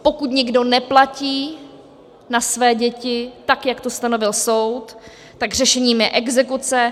Pokud někdo neplatí na své děti, tak jak to stanovil soud, tak řešením je exekuce.